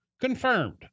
Confirmed